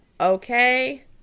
Okay